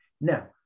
Now